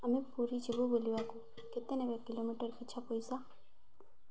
ଆମେ ପୁରୀ ଯିବୁ ବୁଲିବାକୁ କେତେ ନେବେ କିଲୋମିଟର୍ ପିଛା ପଇସା